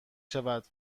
شود